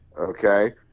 Okay